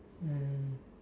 mm